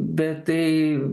bet tai